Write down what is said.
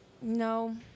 No